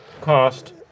cost